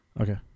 Okay